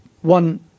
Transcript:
One